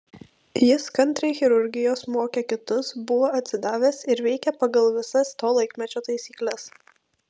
jis kantriai chirurgijos mokė kitus buvo atsidavęs ir veikė pagal visas to laikmečio taisykles